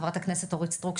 חברת הכנסת אורית סטרוק,